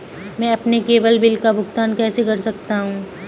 मैं अपने केवल बिल का भुगतान कैसे कर सकता हूँ?